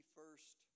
first